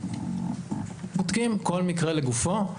בודקים כל מקרה לגופו.